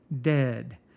dead